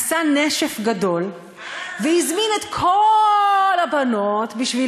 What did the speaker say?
עשה נשף גדול והזמין את כל הבנות בשביל